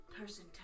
Person